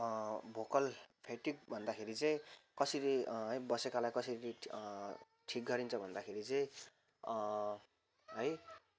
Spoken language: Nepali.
भोकल फ्याटिग भन्दाखेरि चाहिँ कसरी है बसेकालाई कसरी ठिक गरिन्छ भन्दाखेरि चाहिँ है